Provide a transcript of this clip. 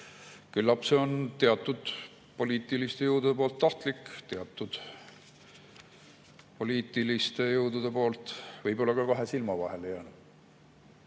Küllap see on teatud poliitiliste jõudude poolt tahtlik, teatud poliitilistel jõududel võib‑olla ka kahe silma vahele